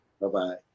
Bye-bye